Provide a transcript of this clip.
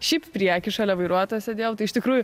šiaip prieky šalia vairuotojo sėdėjau tai iš tikrųjų